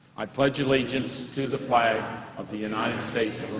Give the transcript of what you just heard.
i pledge allegiance to the flag of the united states